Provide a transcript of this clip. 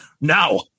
now